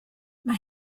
mae